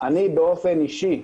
אני באופן אישי,